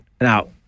Now